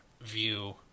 view